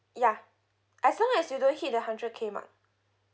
ya as long as you do hit the hundred K mark